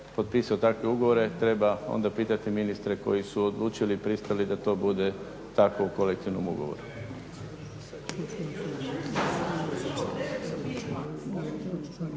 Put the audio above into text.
potpisao takve ugovore treba onda pitati ministre koji su odlučili i pristali da to bude tako u kolektivnom ugovoru.